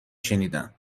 شنیدم